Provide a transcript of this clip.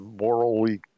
morally